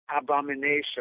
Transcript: abomination